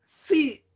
see